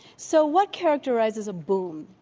so, what characterizes a boom?